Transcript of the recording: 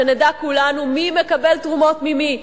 שנדע כולנו מי מקבל תרומות ממי,